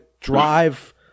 drive